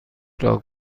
لاک